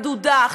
מדודה,